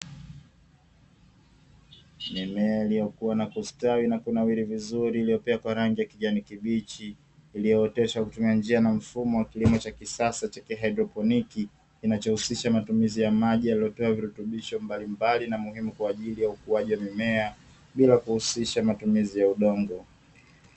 Mimea iliyokuwa na kustawi na kunawiri vizuri pia kwa rangi ya kijani kibichi, iliyooteshwa kutumia njia na mfumo wa kilimo cha kisasa cha kihaidroponi, kinachohusisha matumizi ya maji yaliyotoa virutubisho mbalimbali na muhimu kwa ajili ya ukuaji wa mimea bila kuhusisha matumizi ya udongo.